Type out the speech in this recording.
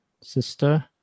sister